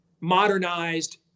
modernized